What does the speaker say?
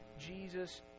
Jesus